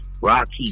Rocky